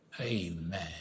amen